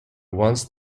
once